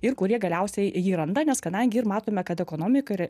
ir kurie galiausiai jį randa nes kadangi ir matome kad ekonomika ir